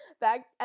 back